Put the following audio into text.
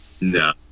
No